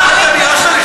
בעד אלי כהן,